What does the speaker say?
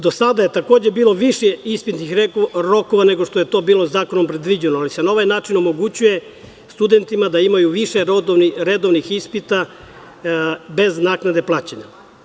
Do sada je takođe bilo više ispitnih rokova nego što je to bilo zakonom predviđeno, ali se na ovaj način omogućuje studentima da imaju više redovnih ispita bez naknade plaćanja.